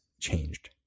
changed